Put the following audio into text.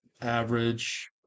average